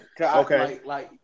Okay